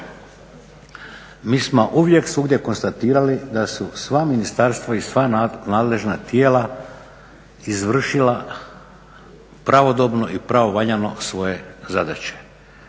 mi smo uvijek svugdje konstatirali da su sva ministarstva i sva nadležna tijela izvršila pravodobno i pravovaljano svoje zadaće